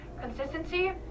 consistency